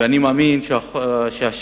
ואני מאמין שהשקט